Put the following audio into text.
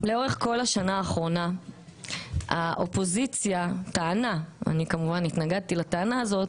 לאורך כל השנה האחרונה האופוזיציה טענה אני כמובן התנגדתי לטענה הזאת